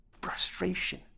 frustration